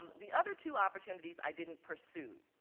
the other two opportunities i didn't pursue.